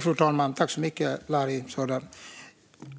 Fru talman!